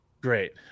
great